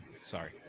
sorry